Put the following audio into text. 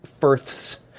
Firth's